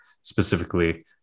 specifically